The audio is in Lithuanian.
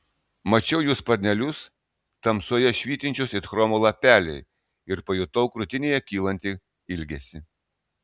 mačiau jų sparnelius tamsoje švytinčius it chromo lapeliai ir pajutau krūtinėje kylantį ilgesį